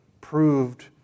proved